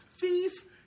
thief